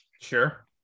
Sure